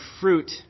fruit